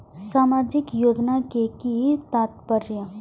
सामाजिक योजना के कि तात्पर्य?